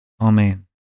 amen